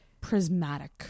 prismatic